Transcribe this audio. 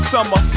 Summer